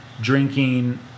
drinking